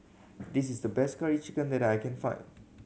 this is the best Curry Chicken that I can find